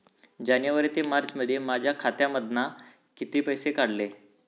जानेवारी ते मार्चमध्ये माझ्या खात्यामधना किती पैसे काढलय?